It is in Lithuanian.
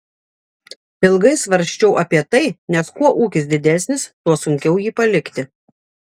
ilgai svarsčiau apie tai nes kuo ūkis didesnis tuo sunkiau jį palikti